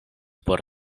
por